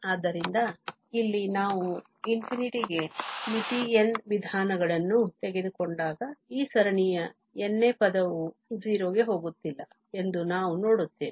ಆದರೆ ಇಲ್ಲಿ ನಾವು ∞ ಗೆ ಮಿತಿ n ವಿಧಾನಗಳನ್ನು ತೆಗೆದುಕೊಂಡಾಗ ಈ ಸರಣಿಯ n ನೇ ಪದವು 0 ಗೆ ಹೋಗುತ್ತಿಲ್ಲ ಎಂದು ನಾವು ನೋಡುತ್ತೇವೆ